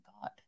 God